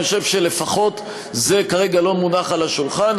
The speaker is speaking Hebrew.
אני חושב שלפחות זה כרגע לא מונח על השולחן.